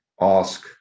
ask